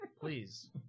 Please